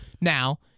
Now